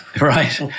Right